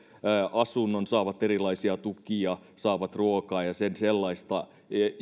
asunnon saavat erilaisia tukia saavat ruokaa ja sen sellaista missä